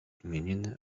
imieniny